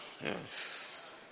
Yes